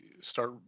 start